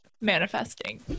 manifesting